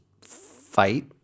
fight